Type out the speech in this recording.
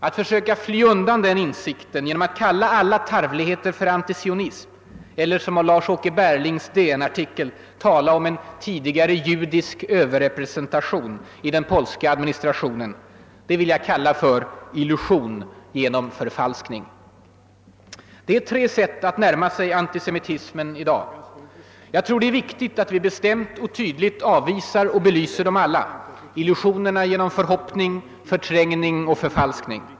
Att söka fly undan den insikten genom att kalla alla tarvligheter för »antisionism» — eller som Lars Åke Berlings DN-artikel talar om en tidigare »judisk överrepresentation» i den polska administrationen — vill jag kalla för illusion genom förfalskning. Det är tre sätt att närma sig antisemitismen i dag. Jag tror det är viktigt att vi bestämt och tydligt avvisar och belyser dem alla, illusionerna genom förhoppning, förträngning och förfalskning.